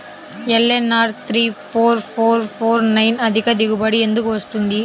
LNR three four four four nine అధిక దిగుబడి ఎందుకు వస్తుంది?